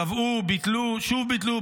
קבעו, ביטלו, שוב ביטלו.